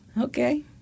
Okay